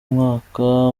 mwaka